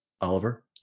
Oliver